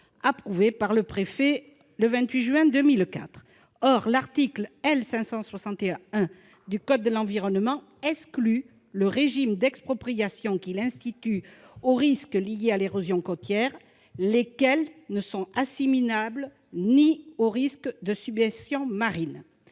approuvé par le préfet le 28 juin 2004. Or l'article L. 561-1 du code de l'environnement exclut le régime d'expropriation qu'il institue aux risques liés à l'érosion côtière, lesquels ne sont pas assimilables au risque de submersion marine.